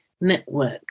Network